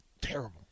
Terrible